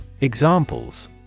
Examples